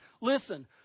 listen